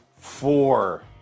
four